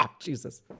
jesus